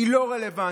היא לא רלוונטית.